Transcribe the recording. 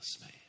man